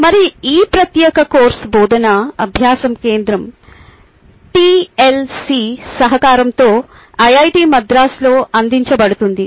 మరియు ఈ ప్రత్యేక కోర్సు బోధనా అభ్యాస కేంద్రం టిఎల్సి సహకారంతో ఐఐటి మద్రాస్లో అందించబడుతుంది